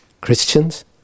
Christians